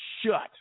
shut